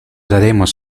daremos